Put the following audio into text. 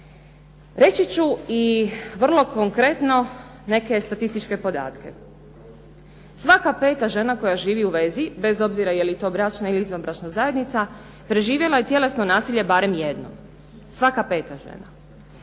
Reći ću i vrlo konkretno neke statističke podatke. Svaka peta žena koja živi u vezi bez obzira je li to bračna ili izvanbračna zajednica preživjela je tjelesno nasilje barem jednom, svaka peta žena.